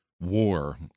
war